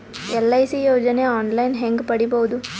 LIC ಯೋಜನೆ online ಹೇಂಗ ಪಡಿಬಹುದು?